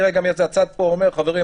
גם היה צד שאומר: חברים,